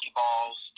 balls